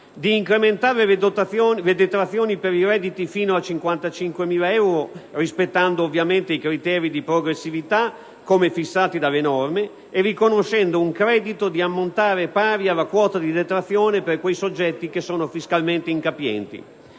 di incrementare le detrazioni per i redditi fino a 55.000 euro, rispettando ovviamente i criteri di progressività come fissati delle norme, riconoscendo un credito di ammontare pari alla quota di detrazione per quei soggetti che sono fiscalmente incapienti;